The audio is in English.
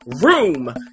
Room